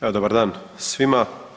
Evo dobar dan svima.